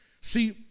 See